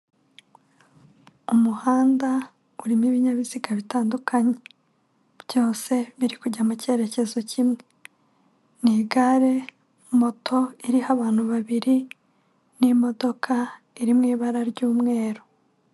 Umuhanda urimo ibinyabiziga bitandukanye, byose biri kujya mu cyerekezo kimwe, ni igare, moto iriho abantu babiri, n'imodoka iri ibara ry'umweru.